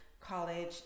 college